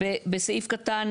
בסעיף קטן